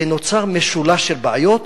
ונוצר משולש של בעיות,